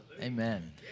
Amen